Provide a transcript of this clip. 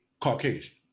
Caucasian